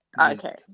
okay